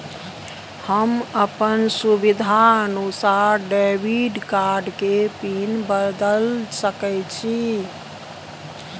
हम अपन सुविधानुसार डेबिट कार्ड के पिन बदल सके छि?